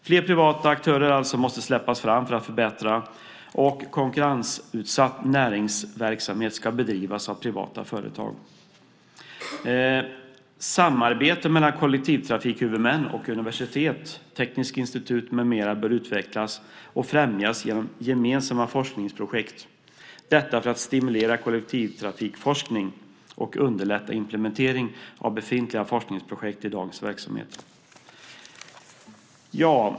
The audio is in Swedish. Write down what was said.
Fler privata aktörer måste släppas fram för att förbättra kollektivtrafiken, och konkurrensutsatt näringsverksamhet ska bedrivas av privata företag. Samarbetet mellan kollektivtrafikhuvudmän och universitet, tekniska institut med mera bör utvecklas och främjas genom gemensamma forskningsprojekt - detta för att stimulera kollektivtrafikforskning och underlätta implementering av befintliga forskningsprojekt i dagens verksamhet.